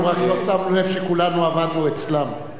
אנחנו רק לא שמנו לב שכולנו עבדנו אצלם.